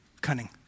cunning